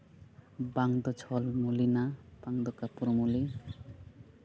ᱵᱟᱝ ᱫᱚ ᱡᱷᱚᱞ ᱢᱩᱞᱤ ᱱᱟ ᱵᱟᱝᱫᱚ ᱠᱟᱹᱯᱩᱨ ᱢᱟᱹᱞᱤ